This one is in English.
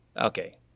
okay